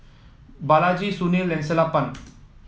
Balaji Sunil and Sellapan